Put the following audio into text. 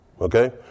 okay